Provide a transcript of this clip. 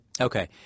Okay